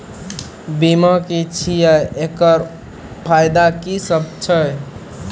बीमा की छियै? एकरऽ फायदा की सब छै?